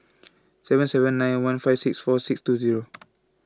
seven seven nine one five six four six two Zero